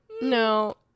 No